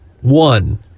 one